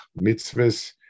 mitzvahs